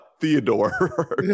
Theodore